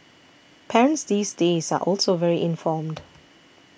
parents these days are also very informed